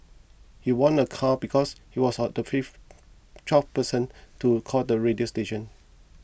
he won a car because he was the fifth twelfth person to call the radio station